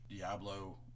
Diablo